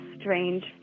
strange